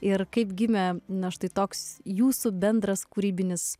ir kaip gimė na štai toks jūsų bendras kūrybinis